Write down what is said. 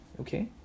okay